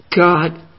God